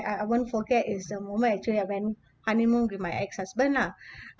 I I won't forget is the moment actually I went honeymoon with my ex husband lah